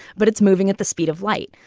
but it's moving at the speed of light.